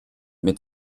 mit